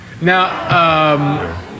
Now